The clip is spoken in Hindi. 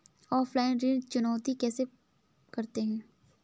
ऑफलाइन ऋण चुकौती कैसे करते हैं?